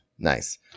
Nice